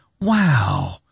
Wow